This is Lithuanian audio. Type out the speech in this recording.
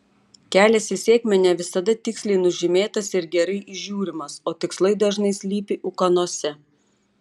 kelias į sėkmę ne visada tiksliai nužymėtas ir gerai įžiūrimas o tikslai dažnai slypi ūkanose